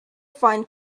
find